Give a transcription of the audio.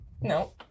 no